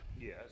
Yes